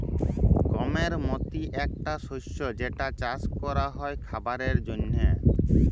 গমের মতি একটা শস্য যেটা চাস ক্যরা হ্যয় খাবারের জন্হে